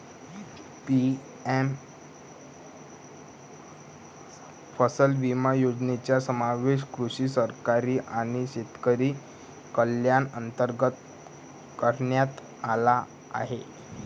PM फसल विमा योजनेचा समावेश कृषी सहकारी आणि शेतकरी कल्याण अंतर्गत करण्यात आला आहे